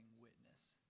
witness